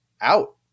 out